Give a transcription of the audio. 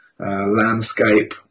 Landscape